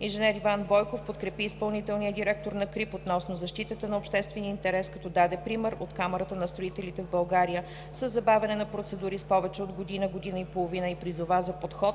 Инженер Иван Бойков подкрепи изпълнителния директор на КРИБ относно защитата на обществения интерес, като даде пример от Камарата на строителите в България със забавяне на процедури с повече от година, година и половина и призова за подход